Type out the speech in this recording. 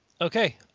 Okay